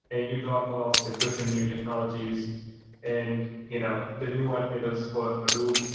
and you talk of the different new technologies and you know the new alternators for hadoop.